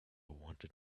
wanted